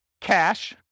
cash